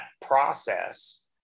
process